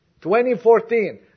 2014